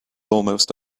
almost